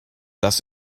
das